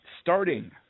starting